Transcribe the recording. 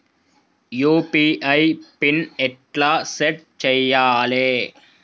UPI pin ఎట్లా set చేయాలే?